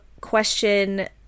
question